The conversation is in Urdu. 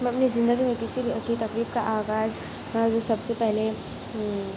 میں اپنی زندگی میں کسی بھی اچھی تقریب کا آغاز جو سب سے پہلے